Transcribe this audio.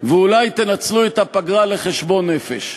ואולי תנצלו את הפגרה לחשבון נפש.